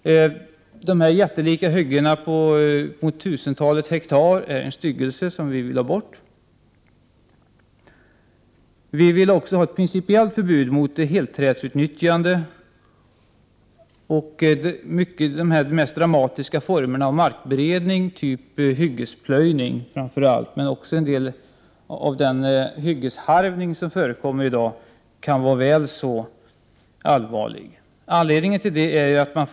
De jättelika hyggena på uppemot 1 000 hektar är en styggelse. Sådana hyggen motsätter vi oss. Dessutom vill vi ha ett principiellt förbud mot helträdsutnyttjande och de mest dramatiska formerna av markberedning, framför allt när det gäller hyggesplöjning. Men även den hyggesharvning som i dag förekommer kan i Prot. 1988/89:112 vissa fall vara väl så allvarlig.